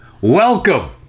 Welcome